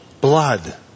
blood